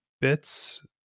bits